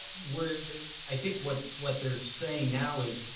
we're i think what what they're saying now is,